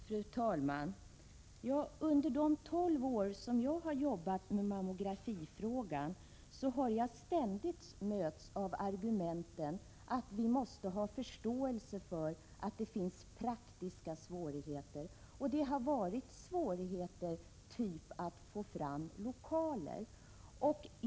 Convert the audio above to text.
Fru talman! Under de 12 år som jag har jobbat med mammografifrågan har jag ständigt mött argumentet att vi måste ha förståelse för att det finns praktiska svårigheter. Det har varit svårigheter av typen att få fram lokaler.